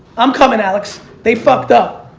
i'm comin' alex. they fucked up.